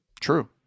True